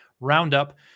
roundup